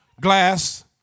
glass